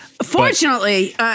Fortunately-